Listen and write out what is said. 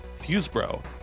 Fusebro